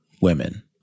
women